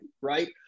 right